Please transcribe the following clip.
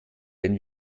wenn